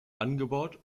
angebaut